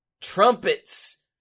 trumpets